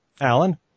Alan